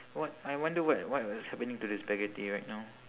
what I wonder what what is happening to the spaghetti right now